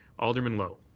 alderman lowe?